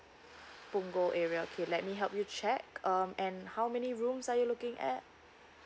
punggol area okay let me help you check um and how many rooms are you looking at